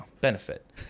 benefit